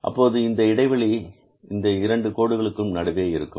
அப்போது இந்த இடைவெளி இந்த இரண்டு கோடுகளுக்கு நடுவே இருக்கும்